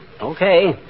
Okay